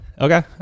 Okay